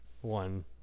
one